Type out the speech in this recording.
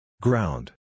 Ground